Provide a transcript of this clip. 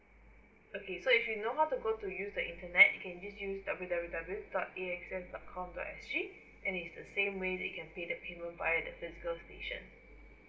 okay so if you know how to go to use the internet you can use w w w dot a x s dot com dot s g and it's the same way that you can pay the payment via the this station